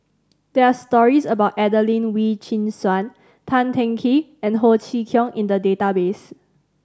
there are stories about Adelene Wee Chin Suan Tan Teng Kee and Ho Chee Kong in the database